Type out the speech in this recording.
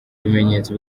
bimenyetso